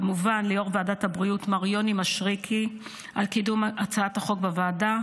כמובן ליו"ר ועדת הבריאות מר יוני מישרקי על קידום הצעת החוק בוועדה.